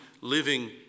living